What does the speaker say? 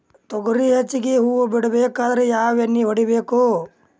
ತೊಗರಿ ಹೆಚ್ಚಿಗಿ ಹೂವ ಬಿಡಬೇಕಾದ್ರ ಯಾವ ಎಣ್ಣಿ ಹೊಡಿಬೇಕು?